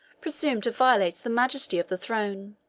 presumed to violate the majesty of the throne.